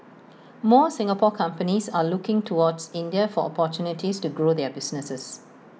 more Singapore companies are also looking towards India for opportunities to grow their businesses